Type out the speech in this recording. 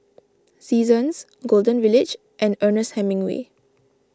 Seasons Golden Village and Ernest Hemingway